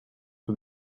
for